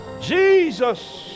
Jesus